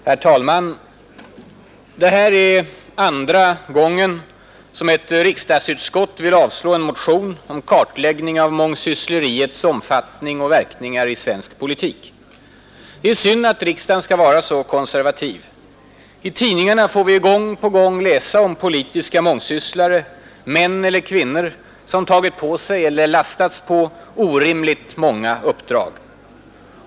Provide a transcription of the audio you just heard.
Herr talman! Det här är andra gången som ett riksdagsutskott vill att en motion om kartläggning av mångsyssleriets omfattning och verkningar i svensk politik skall avslås. Det är synd att riksdagen skall vara så konservativ. I tidningarna får vi gång på gång läsa om politiska mångsysslare, män eller kvinnor, som tagit på sig — eller lastats på — orimligt många uppdrag.